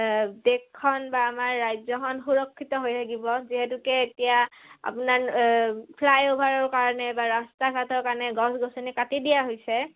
দেশখন বা আমাৰ ৰাজ্যখন সুৰক্ষিত হৈ থাকিব যিহেতুকে এতিয়া আপোনাৰ ফ্লাই অ'ভাৰৰ কাৰণে বা ৰাস্তা ঘাটৰ কাৰণে গছ গছনি কাটি দিয়া হৈছে